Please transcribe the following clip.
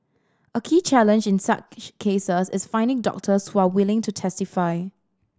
a key challenge in such cases is finding doctors who are willing to testify